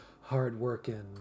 hard-working